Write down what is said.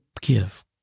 give